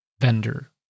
vendor